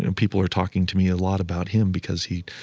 and people are talking to me a lot about him because he,